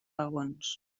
vagons